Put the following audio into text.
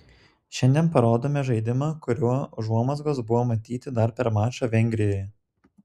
šiandien parodėme žaidimą kurio užuomazgos buvo matyti dar per mačą vengrijoje